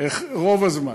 רוב הזמן,